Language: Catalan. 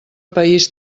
país